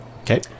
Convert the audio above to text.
Okay